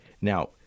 Now